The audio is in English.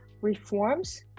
reforms